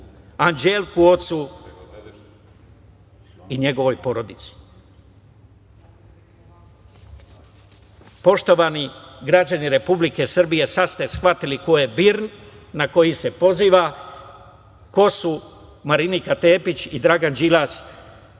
Anđelku ocu i njegovoj porodici. Poštovani građani Republike Srbije, sada ste shvatili ko je BIRN na koji se poziva, ko su Marinika Tepić i Dragan Đilas, a